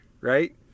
right